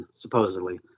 supposedly